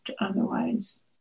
otherwise